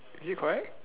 is it correct